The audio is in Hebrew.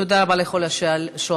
תודה רבה לכל השואלים.